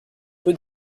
peu